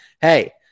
hey